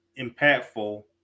impactful